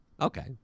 Okay